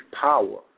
power